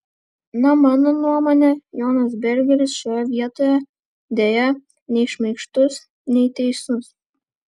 na mano nuomone jonas bergeris šioje vietoje deja nei šmaikštus nei teisus